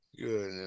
Good